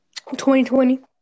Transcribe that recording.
2020